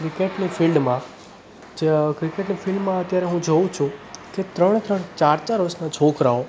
ક્રિકેટની ફિલ્ડમાં જે ક્રિકેટમાં હું અત્યારે જોવું છું કે ત્રણ ત્રણ ચાર ચાર વર્ષના છોકરાઓ